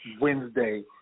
Wednesday